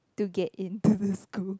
to get into the school